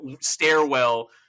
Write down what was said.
stairwell